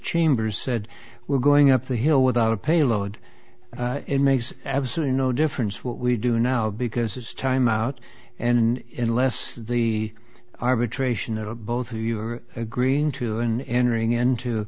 chambers said we're going up the hill without a payload it makes absolutely no difference what we do now because it's time out and in less the arbitration of a both who you are agreeing to an entering into